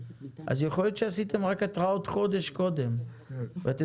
יכול היות שעשיתם רק התראות חודש קודם ואתם